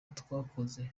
twakoze